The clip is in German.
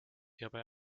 hierbei